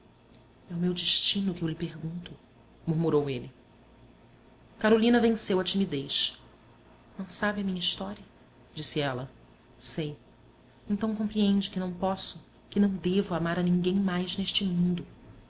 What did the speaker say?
é o meu destino que eu lhe pergunto murmurou ele carolina venceu a timidez não sabe a minha história disse ela sei então compreende que não posso que não devo amar a ninguém mais neste mundo